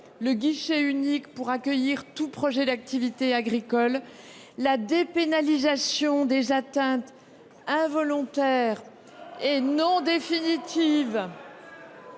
le guichet unique pour accueillir tout projet d’activité agricole ; la dépénalisation des atteintes involontaires et non définitives